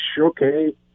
okay